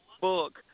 book